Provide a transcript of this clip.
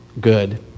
good